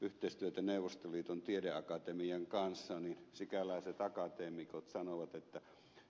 yhteistyötä neuvostoliiton tiedeakatemian kanssa niin sikäläiset akateemikot sanoivat että